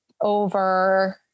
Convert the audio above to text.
over